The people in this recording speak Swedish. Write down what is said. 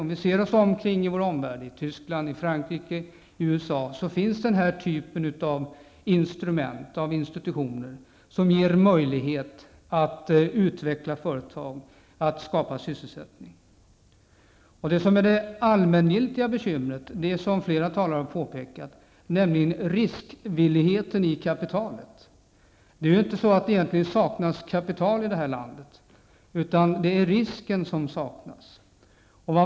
Om vi ser oss omkring i vår omvärld, i Tyskland, Frankrike och i USA, finns denna typ av instrument som ger möjlighet att utveckla företag och att skapa sysselsättning. Det allmängiltiga bekymret, som påpekats av flera talare, är riskvilligheten beträffande kapitalet. Det saknas egentligen inte kapital i det här landet utan risktagande.